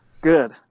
Good